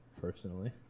personally